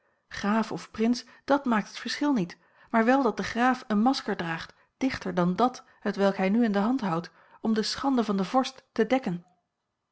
graaf of prins dàt maakt het verschil niet maar wel dat de graaf een masker draagt dichter dan dàt hetwelk hij nu in de hand houdt om de schande van den vorst te dekken